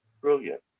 brilliant